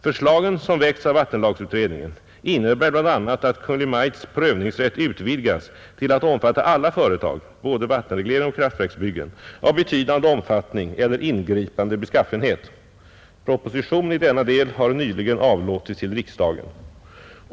Förslagen, som väckts av vattenlagsutredningen, innebär bl.a. att Kungl. Maj:ts prövningsrätt utvidgas till att omfatta alla företag — både vattenregleringar och kraftverksbyggen — av betydande omfattning eller ingripande beskaffenhet. Proposition i denna del har nyligen avlåtits till riksdagen.